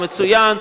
מצוין,